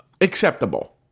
acceptable